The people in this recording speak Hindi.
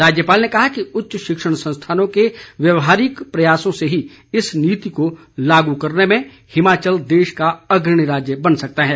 राज्यपाल ने कहा कि उच्च शिक्षण संस्थानों के व्यवहारिक प्रयासों से ही इस नीति को लागू करने में हिमाचल देश का अग्रणी राज्य बन सकता है